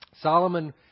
Solomon